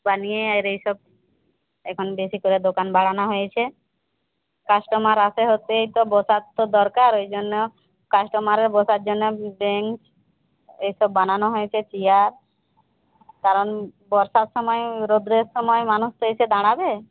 বানিয়ে আর এইসব এখন বেশি করে দোকান বাড়ানো হয়েছে কাস্টমার আসে হতেই তো বসার তো দরকার ওই জন্য কাস্টমারের বসার জন্য বেঞ্চ এইসব বানানো হয়েছে চেয়ার কারণ বর্ষার সময় রৌদ্রের সময় মানুষ তো এসে দাঁড়াবে